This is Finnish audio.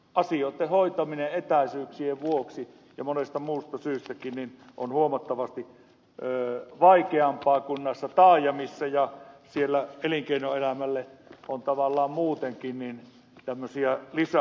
asioitten hoitaminen etäisyyksien vuoksi ja monesta muustakin syystä on siellä huomattavasti vaikeampaa kuin näissä taajamissa ja siellä elinkeinoelämälle on tavallaan muutenkin tämmöisiä lisähaasteita